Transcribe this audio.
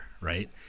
right